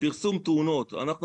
פרסום תאונות כבוד היו"ר,